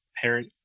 parent